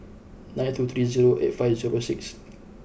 nine two three zero eight five zero six